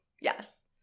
yes